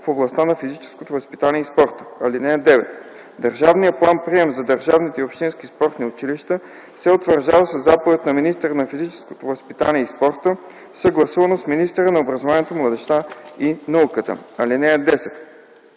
в областта на физическото възпитание и спорта. (9) Държавният план-прием за държавните и общинските спортни училища се утвърждава със заповед на министъра на физическото възпитание и спорта, съгласувано с министъра на образованието, младежта и науката. (10)